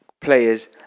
players